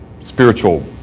spiritual